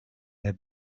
their